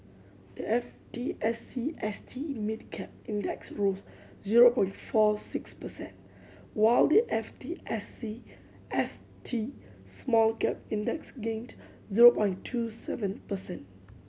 the F T S E S T Mid Cap Index rose zero point four six percent while the F T S E S T Small Cap Index gained zero point two seven percent